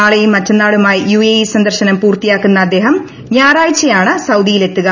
നാളെയും മറ്റന്നാളുമായി യുഎഇ സന്ദർശനം പൂർത്തിയാക്കുന്ന അദ്ദേഹം ഞായറാഴ്ചയാണ് സൌദിയിലെത്തുക